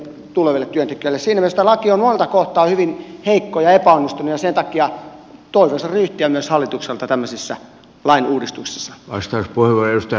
siinä mielessä tämä laki on monelta kohtaa hyvin heikko ja epäonnistunut ja sen takia toivoisin ryhtiä myös hallitukselta tämmöisissä lain uudistuksissa